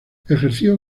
ejerció